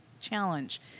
challenge